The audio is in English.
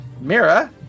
Mira